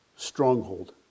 stronghold